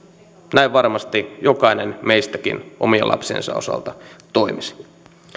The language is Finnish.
näin varmasti jokainen meistäkin omien lapsiensa osalta toimisi